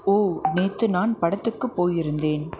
ஓ நேற்று நான் படத்துக்கு போயிருந்தேன்